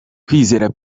kwizera